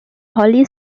holy